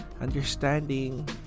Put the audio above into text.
understanding